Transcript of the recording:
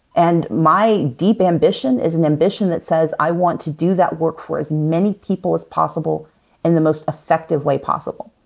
and my deep ambition is an ambition that says, i want to do that work for as many people as possible in the most effective way possible.